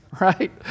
right